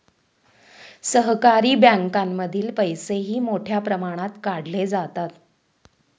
सहकारी बँकांमधील पैसेही मोठ्या प्रमाणात काढले जातात